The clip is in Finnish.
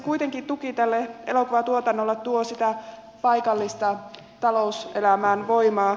kuitenkin tuki tälle elokuvatuotannolle tuo paikalliseen talouselämään voimaa